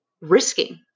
risking